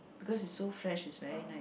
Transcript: because is so fresh is very nice